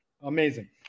Amazing